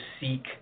seek